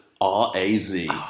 R-A-Z